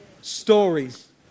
stories